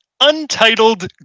untitled